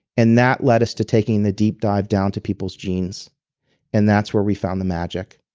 and that led us to taking the deep dive down to people's genes and that's where we found the magic.